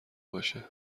باشه